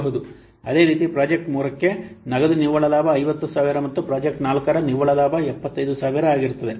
ಅದೇ ರೀತಿ ಪ್ರಾಜೆಕ್ಟ್ 3ಗೆ ನಗದು ನಿವ್ವಳ ಲಾಭ 50000 ಮತ್ತು ಪ್ರಾಜೆಕ್ಟ್ 4 ರ ನಿವ್ವಳ ಲಾಭ 75000 ಆಗಿರುತ್ತದೆ